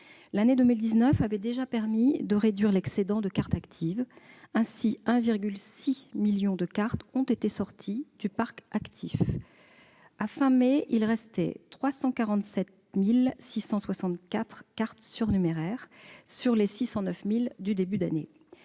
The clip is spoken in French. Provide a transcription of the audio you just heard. L'année 2019 avait déjà vu une réduction de l'excédent de cartes actives. Ainsi, 1,6 million de cartes ont été sorties du parc actif. À la fin du mois de mai, il restait 347 664 cartes surnuméraires, sur les 609 000 du début d'année.